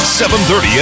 7.30